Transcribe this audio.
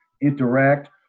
interact